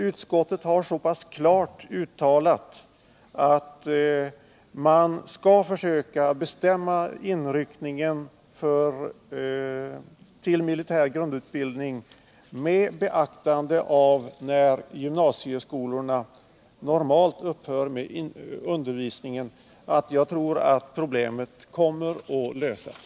Utskottet har så klart uttalat att tidpunkten för inryckningen till militär grundutbildning bör bestämmas med beaktande av när gymnasieskolorna normalt upphör med undervisningen, att jag tror att problemet kommer att lösas.